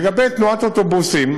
לגבי תנועת אוטובוסים.